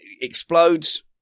explodes